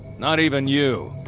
not even you.